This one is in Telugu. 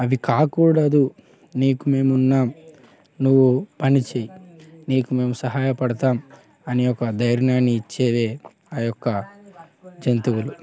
అవి కాకూడదు నీకు మేమున్నాం నువ్వు పని చెయ్ నీకు మేము సహాయ పడతాం అని ఒక ధైర్యాన్ని ఇచ్చేదే ఆ యొక్క జంతువులు